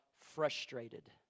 frustrated